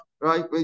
right